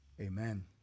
amen